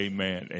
Amen